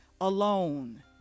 alone